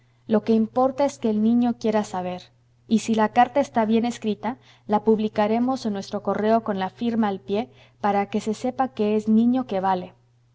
lo que importa es que el niño quiera saber y si la carta está bien escrita la publicaremos en nuestro correo con la firma al pie para que se sepa que es niño que vale